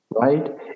right